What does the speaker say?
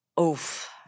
Oof